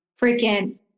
freaking